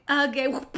Okay